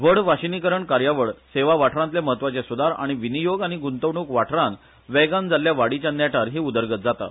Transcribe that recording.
व्हड वाशीनीकरण कार्यावळ सेवा वाठारांतले मत्वाचे सुदार आनी विनियोग आनी गुंतवणूक वाठारान वेगान जाल्ल्या वाढीच्या नेटार ही उदरगत जाता